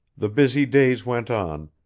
the busy days went on,